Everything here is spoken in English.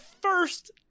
first